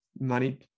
money